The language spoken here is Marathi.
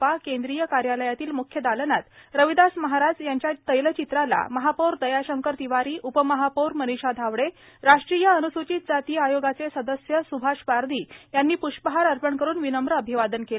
पा केंद्रीय कार्यालयातील म्ख्य दालनात रविदास महाराज यांच्या तैलचित्राला महापौर दयाशंकर तिवारी उपमहापौर मनीषा धावडे राष्ट्रीय अनुसूचित जाती आयोगाचे सदस्य सुभाष पारधी यांनी पुष्पहार अर्पण करून विनम अभिवादन केले